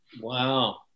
Wow